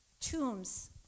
tombs